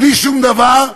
בלי שום דבר,